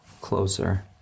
closer